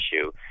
issue